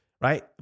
right